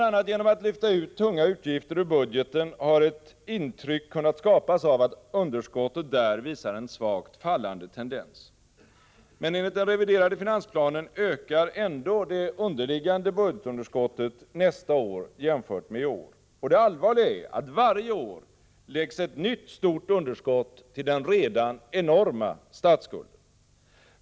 a. genom att lyfta ut tunga utgifter ur budgeten har ett intryck kunnat skapas av att underskottet där visar en svagt fallande tendens. Men enligt den reviderade finansplanen ökar ändå det underliggande budgetunderskottet nästa år jämfört med i år. Och det allvarliga är att det varje år läggs ett nytt stort underskott till den redan enorma statsskulden.